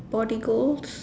body goals